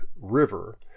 river